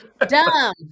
Dumb